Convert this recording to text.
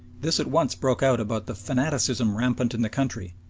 this at once broke out about the fanaticism rampant in the country,